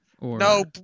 No